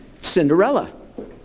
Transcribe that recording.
Cinderella